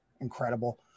incredible